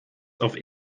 auf